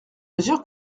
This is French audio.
mesure